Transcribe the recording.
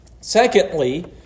secondly